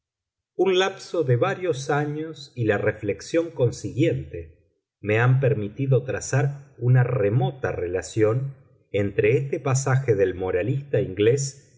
un lapso de varios años y la reflexión consiguiente me han permitido trazar una remota relación entre este pasaje del moralista inglés